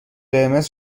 قرمز